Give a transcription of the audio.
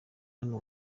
hano